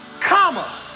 comma